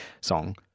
song